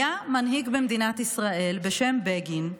היה מנהיג במדינת ישראל בשם בגין,